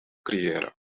creëren